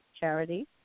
charity